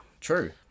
true